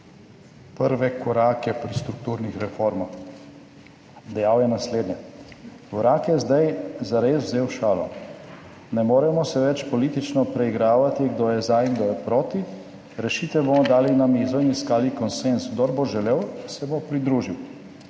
prve korake pri strukturnih reformah. Dejal je naslednje. »Vrag je zdaj zares vzel šalo. Ne moremo se več politično preigravati, kdo je za in kdo je proti, rešitve bomo dali na mizo in iskali konsenz, kdor bo želel, se bo pridružil.